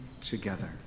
together